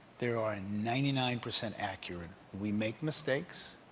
there are ninety nine percent accurate. we make mistakes.